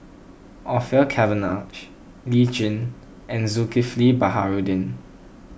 Orfeur Cavenagh Lee Tjin and Zulkifli Baharudin